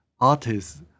Artists